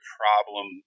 problem